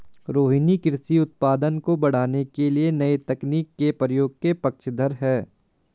रोहिनी कृषि उत्पादन को बढ़ाने के लिए नए तकनीक के प्रयोग के पक्षधर है